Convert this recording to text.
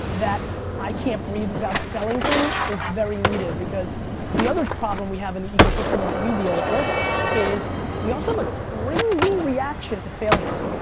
that i can't breathe without selling thing is very needed because the other problem we have in the ecosystem and we deal with this is we also have a crazy reaction to failure.